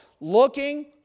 looking